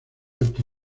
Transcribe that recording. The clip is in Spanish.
alto